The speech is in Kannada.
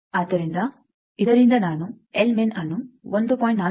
ಆದ್ದರಿಂದ ಇದರಿಂದ ನಾನು ಆನ್ನು 1